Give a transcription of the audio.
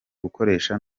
gukoresha